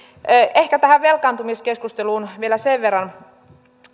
ehkä tähän velkaantumiskeskusteluun vielä sen verran